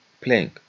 playing